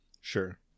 Sure